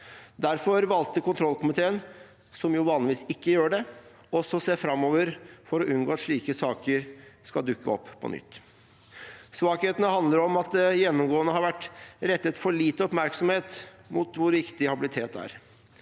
Derfor valgte kontrollkomiteen, som vanligvis ikke gjør det, også å se framover for å unngå at slike saker skal dukke opp på nytt. Svakhetene handler om at det gjennomgående har vært rettet for lite oppmerksomhet mot hvor viktig habilitet er.